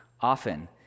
often